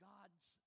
God's